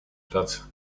platz